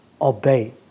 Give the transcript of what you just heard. obey